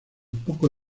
poco